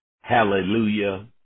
hallelujah